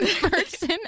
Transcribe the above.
person